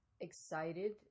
excited